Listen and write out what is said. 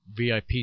VIP